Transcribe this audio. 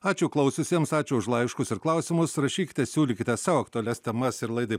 ačiū klausiusiems ačiū už laiškus ir klausimus rašykite siūlykite savo aktualias temas ir laidai